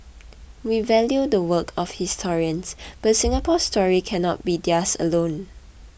we value the work of historians but Singapore's story cannot be theirs alone